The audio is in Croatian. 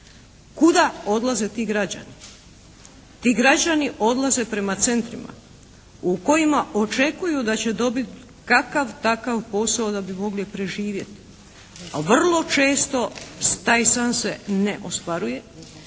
Kuda odlaze ti građani? Ti građani odlaze prema centrima u kojima očekuju da će dobiti kakav takav posao da bi mogli preživjeti. A vrlo često taj san se ne ostvaruje.